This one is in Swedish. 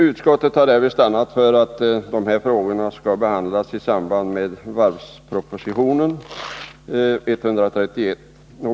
Utskottet har därvid stannat för att de här frågorna skall behandlas i samband med varvspropositionen, nr 131.